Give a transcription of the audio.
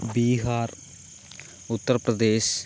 Bihar Uttar Pradesh